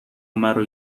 مرا